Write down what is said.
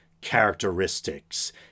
characteristics